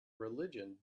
religion